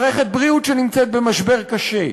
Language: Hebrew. מערכת בריאות שנמצאת במשבר קשה,